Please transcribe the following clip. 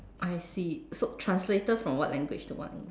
I see so translator from what language to what language